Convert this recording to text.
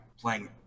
playing